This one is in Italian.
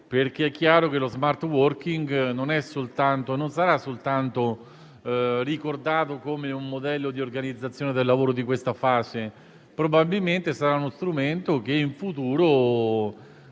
perché è chiaro che lo *smart working* non sarà soltanto ricordato come un modello di organizzazione del lavoro di questa fase, ma probabilmente in futuro